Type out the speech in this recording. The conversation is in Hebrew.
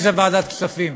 איזה ועדת כספים.